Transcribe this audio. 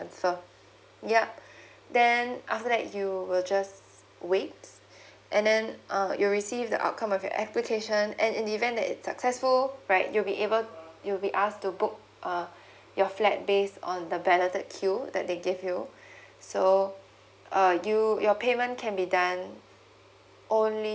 yup then after that you will just wait and then uh you'll receive the outcome of your application and in the event that is successful right you'll be able you'll be asked to book uh your flat based on the balloted queue that they give you so uh you your payment can be done only